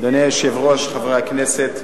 אדוני היושב-ראש, חברי הכנסת,